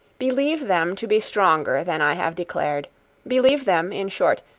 believe them to be stronger than i have declared believe them, in short,